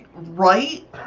Right